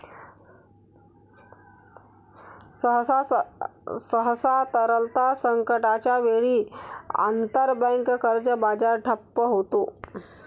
सहसा, तरलता संकटाच्या वेळी, आंतरबँक कर्ज बाजार ठप्प होतो